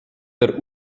der